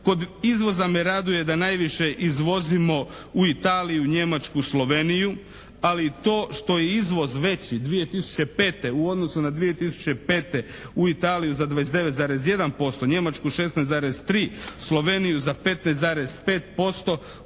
Kod izvoza me raduje da najviše izvozimo u Italiju, Njemačku, Sloveniju ali i to što je izvoz veći 2005. u odnosu na 2005. u Italiju za 29,1%, Njemačku 16,3, Sloveniju za 15,5%